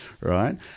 right